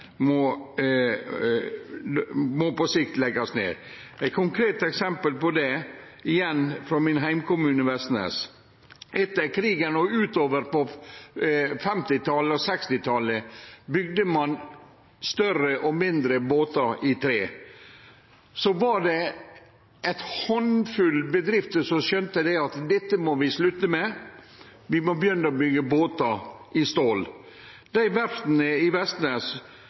må på sikt leggjast ned. Eg har eit konkret eksempel på det, igjen frå min heimkommune, Vestnes: Etter krigen og utover på 1950- og 1960-talet bygde ein større og mindre båtar av tre. Så skjønte ein handfull bedrifter at dei måtte slutte med det og begynne å byggje båtar av stål. Dei verfta i Vestnes